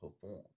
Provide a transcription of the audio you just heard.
perform